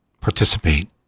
participate